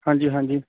ਹਾਂਜੀ ਹਾਂਜੀ